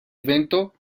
evento